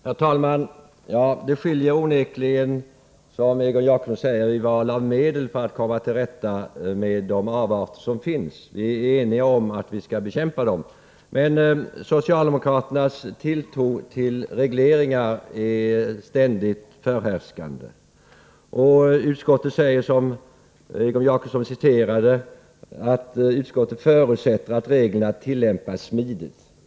Herr talman! Ja, det skiljer onekligen, som Egon Jacobsson säger, i val av medel när det gäller att komma till rätta med de avarter som finns. Vi är eniga om att vi skall bekämpa dem, men socialdemokraternas tilltro till regleringar är ständigt förhärskande. Utskottet förutsätter — i en mening som citerades av Egon Jacobsson — att reglerna kommer att tillämpas med smidighet.